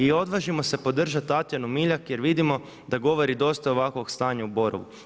I odvažimo se podržati Tatjanu MIljak jer vidimo da govori dosta je ovakvog stanja u Borovu.